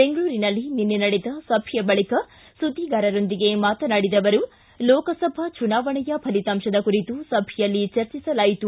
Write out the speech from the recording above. ಬೆಂಗಳೂರಿನಲ್ಲಿ ನಿನ್ನೆ ನಡೆದ ಸಭೆಯ ಬಳಿಕ ಸುದ್ದಿಗಾರರೊಂದಿಗೆ ಮಾತನಾಡಿದ ಅವರು ಲೋಕಸಭಾ ಚುನಾವಣೆಯ ಫಲಿತಾಂಶದ ಕುರಿತು ಸಭೆಯಲ್ಲಿ ಚರ್ಚಿಸಲಾಯಿತು